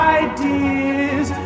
ideas